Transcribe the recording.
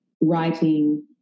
writing